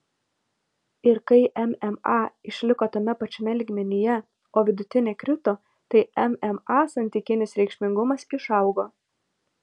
ir kai mma išliko tame pačiame lygmenyje o vidutinė krito tai mma santykinis reikšmingumas išaugo